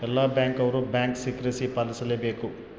ಎಲ್ಲ ಬ್ಯಾಂಕ್ ಅವ್ರು bank secrecy ಪಾಲಿಸಲೇ ಬೇಕ